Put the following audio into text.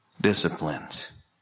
disciplines